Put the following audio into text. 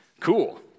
Cool